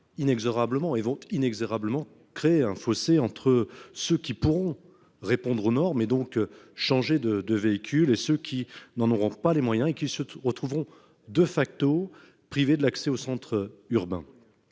ZFE vont inexorablement créer un fossé entre ceux qui pourront répondre aux normes en changeant de véhicule et ceux qui n'en auront pas les moyens et qui se retrouveront privés de l'accès aux centres urbains.